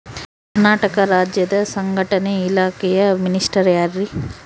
ಕರ್ನಾಟಕ ರಾಜ್ಯದ ಸಂಘಟನೆ ಇಲಾಖೆಯ ಮಿನಿಸ್ಟರ್ ಯಾರ್ರಿ?